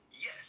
Yes